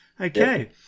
Okay